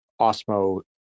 Osmo